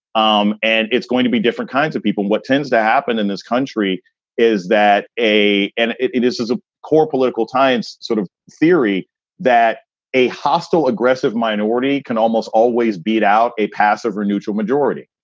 um and it's going to be different kinds of people. what tends to happen in this country is that a and it it is is a core political times sort of theory that a hostile, aggressive minority can almost always beat out a passive or neutral majority.